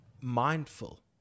Mindful